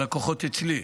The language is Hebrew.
הלקוחות אצלי,